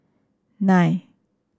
nine